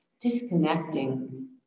disconnecting